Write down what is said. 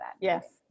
Yes